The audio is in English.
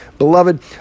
Beloved